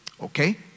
Okay